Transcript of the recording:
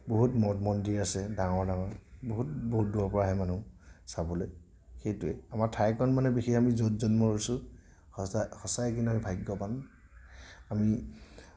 বহুত মঠ মন্দিৰ আছে ডাঙৰ ডাঙৰ বহুত বহুত দূৰৰ পৰা আহে মানুহ চাবলৈ সেইটোৱেই আমাৰ ঠাইকণ মানে বিশেষ আমি য'ত জন্ম হৈছো সঁচা সঁচাই কিন্তু আমি ভাগ্যৱান আমি